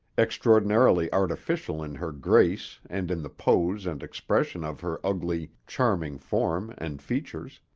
extraordinarily artificial in her grace and in the pose and expression of her ugly, charming form and features.